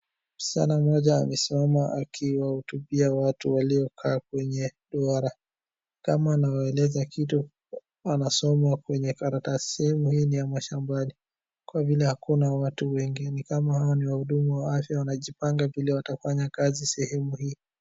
Msichana mmoja amesimama akiwahutubia watu waliokaa kwenye duara. Kama anawaeleza kitu anasoma kwenye karatasi. Sehemu hii ni ya mashambani kwa vile hakuna watu wengine. Kama hawa ni wahudumu wa afya wanajipanga vile watafanya kazi sehemu hii.